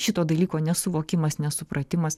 šito dalyko nesuvokimas nesupratimas